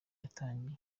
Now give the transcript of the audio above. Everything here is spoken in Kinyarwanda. yatangiye